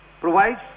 provides